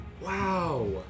Wow